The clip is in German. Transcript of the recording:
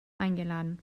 eingeladen